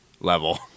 level